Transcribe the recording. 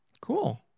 Cool